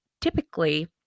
typically